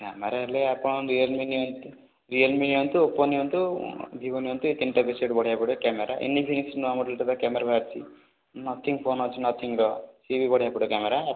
camera ହେଲେ ଆପଣ Realme ନିଅନ୍ତୁ ରିଅଲମି ନିଅନ୍ତୁ ଓପୋ ନିଅନ୍ତୁ ଭିବୋ ନିଅନ୍ତୁ ତିନିଟା ଯାକ ସେଟ୍ ବଢ଼ିଆ ବଢ଼ିଆ କ୍ୟାମେରା ଇନଫିନିକ୍ସି ନୂଆଁ ମଡ଼େଲର କ୍ୟାମେରା ବାହାରିଛି ନଥିଙ୍ଗ ଫୋନ୍ ଅଛି ନଥିଙ୍ଗର ସେ ବି ବଢ଼ିଆ ପଡ଼େ କ୍ୟାମେରା